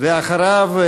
אחריו,